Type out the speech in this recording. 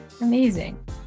Amazing